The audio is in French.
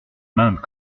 maintes